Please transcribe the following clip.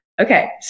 okay